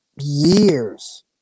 years